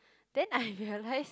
then I realised